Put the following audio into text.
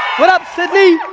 what up sydney?